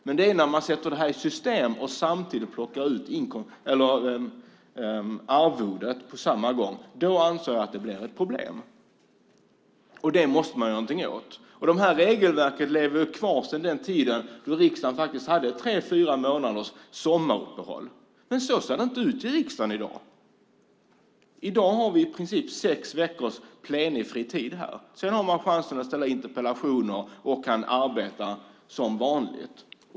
Men det är när man sätter det här i system och samtidigt plockar ut arvodet som jag anser att det blir ett problem, och det måste man göra någonting åt. Regelverken lever kvar sedan den tid då riksdagen hade tre fyra månaders sommaruppehåll. Men så ser det inte ut i riksdagen i dag. Vi har i princip sex veckors plenifri tid här. Sedan har vi chansen att ställa interpellationer och kan arbeta som vanligt.